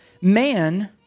man